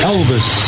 Elvis